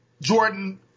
Jordan